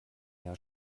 jahr